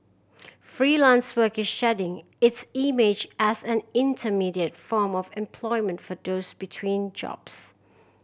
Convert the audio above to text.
Freelance Work is shedding its image as an intermediate form of employment for those between jobs